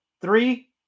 Three